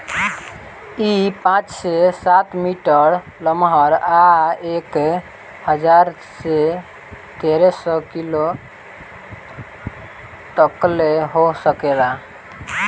इ पाँच से सात मीटर लमहर आ एक हजार से तेरे सौ किलो तकले हो सकेला